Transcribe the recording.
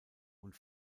und